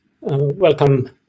Welcome